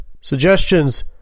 suggestions